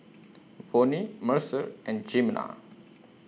Vonnie Mercer and Jimena